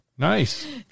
nice